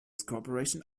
corporation